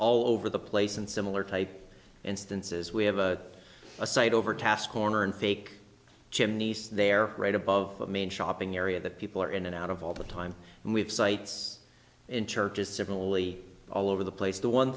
all over the place and similar type instances we have a site over task corner and fake chimneys there right above main shopping area that people are in and out of all the time and we have sites in churches similarly all over the place the one